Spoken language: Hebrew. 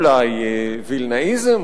אולי וילנאיזם,